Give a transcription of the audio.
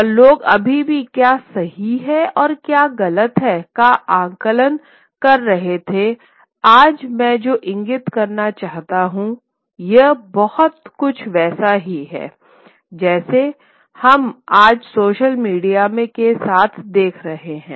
और लोग अभी भी क्या सही है और क्या गलत है का आकलन कर रहे थे आज मैं जो इंगित करना चाहता हूं यह बहुत कुछ वैसा ही है जैसा हम आज सोशल मीडिया के साथ देख रहे हैं